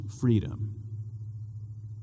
freedom